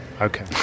Okay